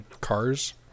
Cars